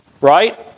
right